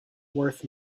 worth